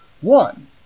One